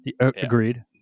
Agreed